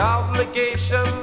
obligation